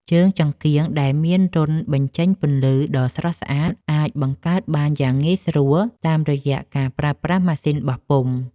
ជើងចង្កៀងដែលមានរន្ធបញ្ចេញពន្លឺដ៏ស្រស់ស្អាតអាចបង្កើតបានយ៉ាងងាយស្រួលតាមរយៈការប្រើប្រាស់ម៉ាស៊ីនបោះពុម្ព។